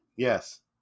Yes